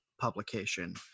publication